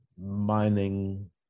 mining